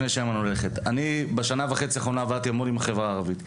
לפי שאימאן הולכת: בשנה וחצי האחרונות עבדתי המון עם החברה הערבית.